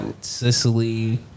Sicily